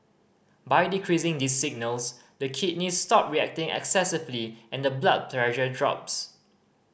by decreasing these signals the kidneys stop reacting excessively and the blood pressure drops